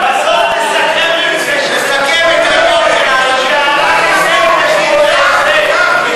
תסכם את העניין של הימים.